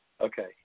Okay